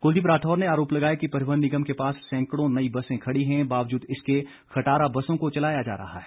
कुलदीप राठौर ने आरोप लगाया कि परिवहन निगम के पास सैंकड़ों नई बसें खड़ी हैं बावजूद इसके खटारा बसों को चलाया जा रहा है